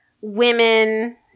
women